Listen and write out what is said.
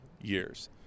years